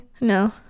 No